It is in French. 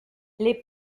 les